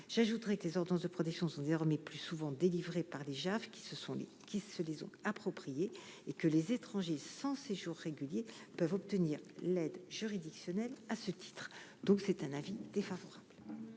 j'ajouterai que les ordonnances de protection sont désormais plus souvent délivrées par les JAF qui se sont dit qui se désole appropriée et que les étrangers s'en séjour régulier peuvent obtenir l'aide juridictionnelle, à ce titre, donc c'est un avis défavorable.